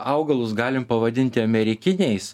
augalus galim pavadinti amerikiniais